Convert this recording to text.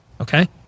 okay